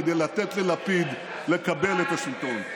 כדי לתת ללפיד לקבל את השלטון.